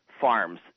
Farms